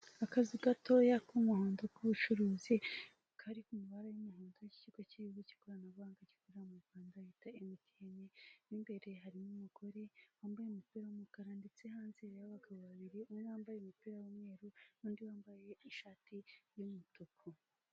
Umumotari uri ku ipikipiki wambaye akajiri kari mu icunga rihishije, wambaye kasike t'umutuku wambaye ipantaro y'umukara, ipikipiki iriho agasanduka,